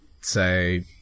say